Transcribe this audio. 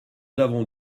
avons